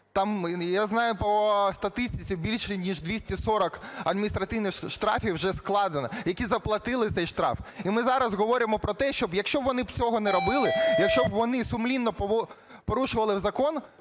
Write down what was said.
я знаю по статистиці більше ніж 240 адміністративних штрафів вже складено, які заплатили цей штраф. І ми зараз говоримо про те, що якщо б вони цього не робили, якщо б вони сумлінно порушували закон,